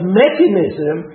mechanism